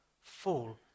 full